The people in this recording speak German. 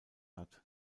hat